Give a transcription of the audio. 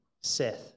Seth